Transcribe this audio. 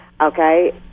Okay